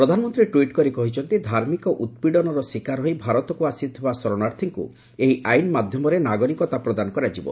ପ୍ରଧାନମନ୍ତ୍ରୀ ଟ୍ୱିଟ୍ କରି କହିଛନ୍ତି ଧାର୍ମିକ ଉତ୍ପିଡ଼ନର ଶିକାର ହୋଇ ଭାରତକୁ ଆସିଥିବା ଶରଣାର୍ଥୀଙ୍କ ଏହି ଆଇନ୍ ମାଧ୍ୟମରେ ନାଗରିକତା ପ୍ରଦାନ କରାଯିବ